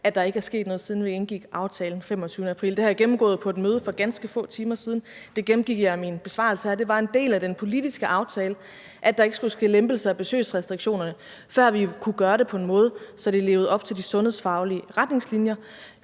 at der ikke er sket noget, siden vi indgik aftalen den 25. april. Det har jeg gennemgået på et møde for ganske få timer siden; det gennemgik jeg i min besvarelse her. Det var en del af den politiske aftale, at der ikke skulle ske lempelser af besøgsrestriktionerne, før vi kunne gøre det på en måde, så det levede op til de sundhedsfaglige retningslinjer.